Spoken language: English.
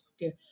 Okay